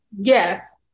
Yes